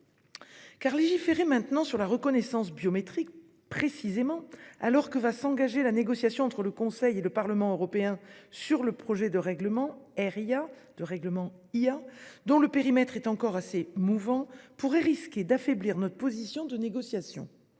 Légiférer maintenant sur la reconnaissance biométrique, précisément alors que va s'engager la négociation entre le Conseil et le Parlement européen sur le projet de règlement sur l'intelligence artificielle (RIA), dont le périmètre est encore assez mouvant, risquerait d'affaiblir notre position de négociation.